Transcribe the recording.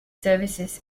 services